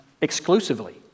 exclusively